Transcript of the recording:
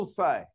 say